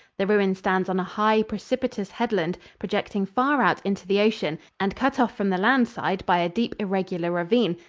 the ruin stands on a high, precipitous headland projecting far out into the ocean and cut off from the land side by a deep, irregular ravine,